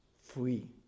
free